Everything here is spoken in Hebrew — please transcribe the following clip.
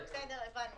גם אחרי 21 ימים,